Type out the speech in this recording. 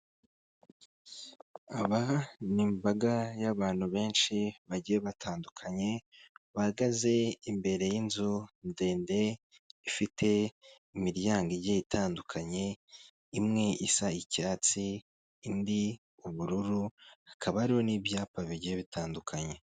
Aba ni imbaga y'abantu benshi bagiye batandukanye, bahagaze imbere y'inzu ndende ifite imiryango igiye itandukanye, imwe isa icyatsi indi ubururu hakaba hariho n'ibyapa bigiye bitandukanye.